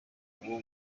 uwo